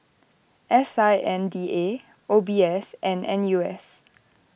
S I N D A O B S and N U S